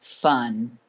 fun